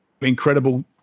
incredible